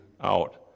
out